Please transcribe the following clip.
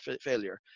failure